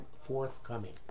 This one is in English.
forthcoming